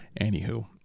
anywho